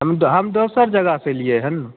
हम दोसर जगह से अयलियै हन